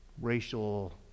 racial